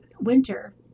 winter